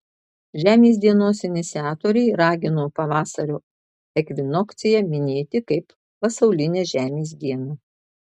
žemės dienos iniciatoriai ragino pavasario ekvinokciją minėti kaip pasaulinę žemės dieną